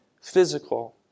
physical